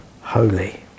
holy